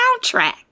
soundtrack